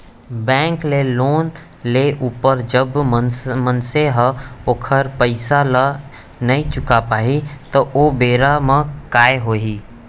bank ले loan लेय ऊपर जब मनसे ह ओखर पइसा ल नइ चुका पाही त ओ बेरा म काय होही